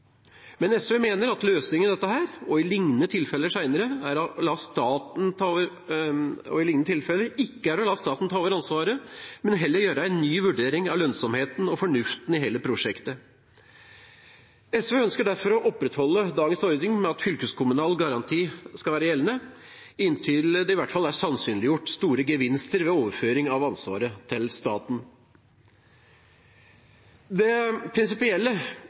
Men SV mener at løsningen på dette og liknende tilfeller ikke er å la staten ta over ansvaret, men heller gjøre en ny vurdering av lønnsomheten og fornuften i hele prosjektet. SV ønsker derfor å opprettholde dagens ordning med at fylkeskommunal garanti skal være gjeldende, inntil det i hvert fall er sannsynliggjort store gevinster ved overføring av ansvaret til staten. Det prinsipielle